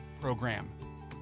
program